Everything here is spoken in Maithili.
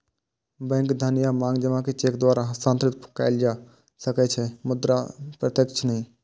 बैंक धन या मांग जमा कें चेक द्वारा हस्तांतरित कैल जा सकै छै, मुदा प्रत्यक्ष नहि